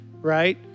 right